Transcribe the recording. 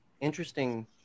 interesting